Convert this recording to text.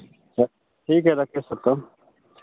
रख ठीक है रखिए सर तब